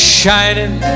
shining